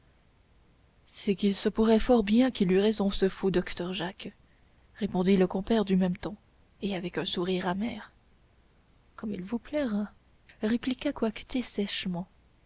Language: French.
c'est qu'il se pourrait fort bien qu'il eût raison ce fou docteur jacques répondit le compère du même ton et avec un sourire amer comme il vous plaira répliqua coictier sèchement